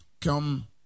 Come